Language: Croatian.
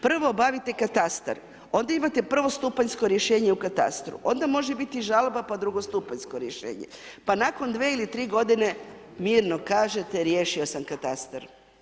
Prvo obavite katastar, onda imate prvostupanjsko rješenje u katastru, onda može biti žalba pa drugostupanjsko rješenje, pa nakon 2 ili 3 g. mirno kažete riješio sam katastar.